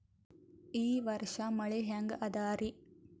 ಈ ವರ್ಷ ಮಳಿ ಹೆಂಗ ಅದಾರಿ?